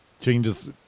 changes